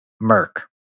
Merc